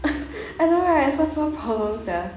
I know right first world problems sia